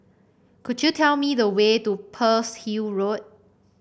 could you tell me the way to Pearl's Hill Road